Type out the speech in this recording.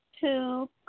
Two